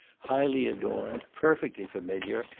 highly adorned, perfectly familiar,